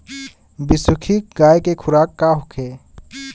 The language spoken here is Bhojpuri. बिसुखी गाय के खुराक का होखे?